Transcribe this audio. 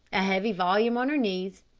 a heavy volume on her knees,